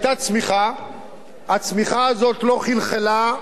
הצמיחה הזאת לא חלחלה לרוב הציבור,